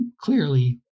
clearly